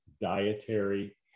dietary